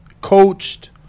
coached